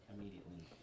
immediately